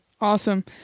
Awesome